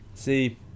See